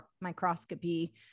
microscopy